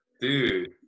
Dude